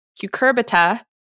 cucurbita